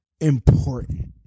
important